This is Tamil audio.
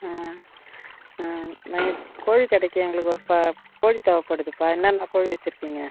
ஆ நான் என் கோழிக் கடைக்கு எங்களுக்கு ஒரு ப கோழி தேவைப்படுதுப்பா என்னென்ன கோழி வச்சிருக்கீங்க